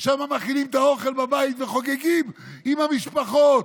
שם מכינים את האוכל בבית וחוגגים עם המשפחות.